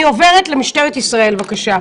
אני עוברת למשטרת ישראל, בבקשה.